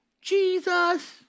Jesus